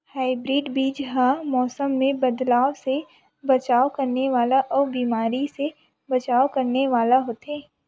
hybrid बीज हा मौसम मे बदलाव से बचाव करने वाला अउ बीमारी से बचाव करने वाला होथे